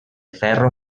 ferro